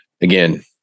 again